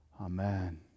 Amen